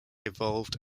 evolved